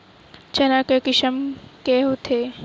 चना के किसम के होथे?